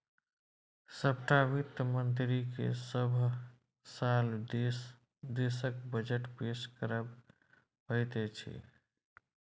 सभटा वित्त मन्त्रीकेँ सभ साल देशक बजट पेश करब होइत छै